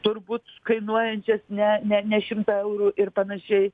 turbūt kainuojančias ne ne ne šimtą eurų ir panašiai